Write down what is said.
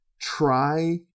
try